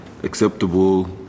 acceptable